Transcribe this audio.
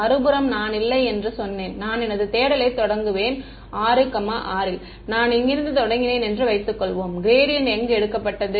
மறுபுறம் நான் இல்லை என்று சொன்னேன் நான் எனது தேடலைத் தொடங்குவேன் 66 நான் இங்கிருந்து தொடங்கினேன் என்று வைத்துக்கொள்வோம் க்ராடியன்ட் எங்கு எடுக்கப்பட்டது